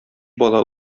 бала